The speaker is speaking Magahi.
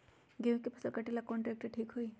गेहूं के फसल कटेला कौन ट्रैक्टर ठीक होई?